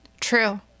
True